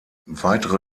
weitere